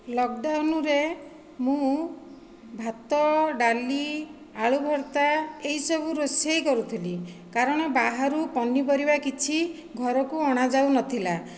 lockdown ରେ ମୁଁ ଭାତ ଡାଲି ଆଳୁ ଭର୍ତ୍ତା ଏହିସବୁ ରୋଷେଇ କରୁଥିଲି କାରଣ ବାହାରୁ ପନିପରିବା କିଛି ଘରକୁ ଅଣା ଯାଉନଥିଲା